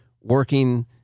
working